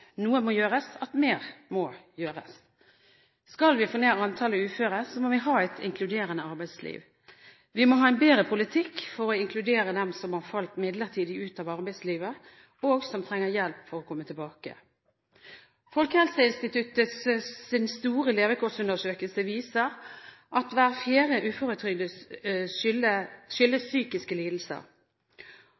noe må gjøres, at mer må gjøres. Skal vi få ned antall uføre, må vi ha et inkluderende arbeidsliv. Vi må ha en bedre politikk for å inkludere dem som har falt midlertidig ut av arbeidslivet, og som trenger hjelp til å komme tilbake. Folkehelseinstituttets store levekårsundersøkelse viser at hver fjerde uføretrygd skyldes psykiske lidelser.